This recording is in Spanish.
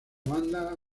banda